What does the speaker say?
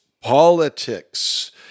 politics